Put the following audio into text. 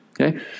Okay